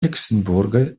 люксембурга